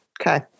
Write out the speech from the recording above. Okay